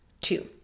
two